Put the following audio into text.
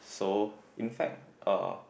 so in fact uh